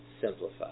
Simplify